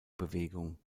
bewegung